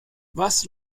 was